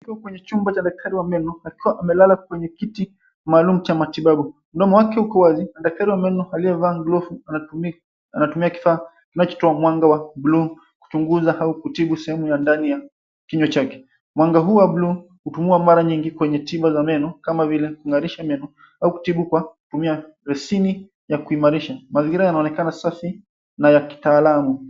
Akiwa kwenye chumba cha daktari wa meno akiwa amelala kwenye kiti maalum cha matibabu. Mdomo wake uko wazi na daktari wa meno aliyevaa glovu anatumia kifaa kinachotoa mwanga wa blue kuchunguza au kutibu sehemu ya ndani ya kinywa chake. Mwanga huu wa blue hutumiwa mara nyingi kwenye tiba za meno kama vile kung'arisha meno au kutibu kwa kutumia resini ya kuimarisha. Mazingira yanaonekana safi na ya kitaalamu.